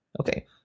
Okay